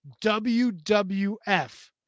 WWF